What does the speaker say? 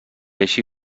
així